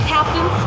Captain